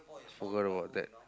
forgot about that